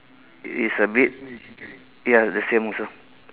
is a bit ya the same also